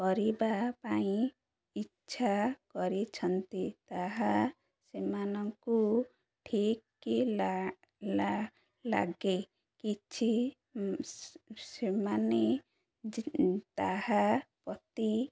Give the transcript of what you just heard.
କରିବା ପାଇଁ ଇଛା କରିଛନ୍ତି ତାହା ସେମାନଙ୍କୁ ଠିକ୍ ଲାଗେ କିଛି ସେମାନେ ତାହାପ୍ରତି